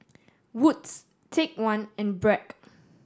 Wood's Take One and Bragg